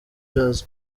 jazz